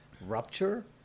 rupture